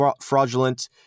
fraudulent